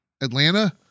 Atlanta